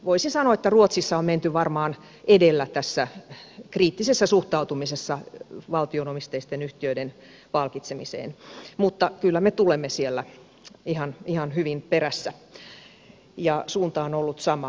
voisi sanoa että ruotsissa on menty varmaan edellä tässä kriittisessä suhtautumisessa valtio omisteisten yhtiöiden palkitsemiseen mutta kyllä me tulemme siellä ihan hyvin perässä ja suunta on ollut sama